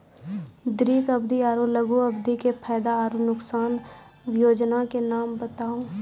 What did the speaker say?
दीर्घ अवधि आर लघु अवधि के फायदा आर नुकसान? वयोजना के नाम बताऊ?